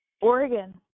Oregon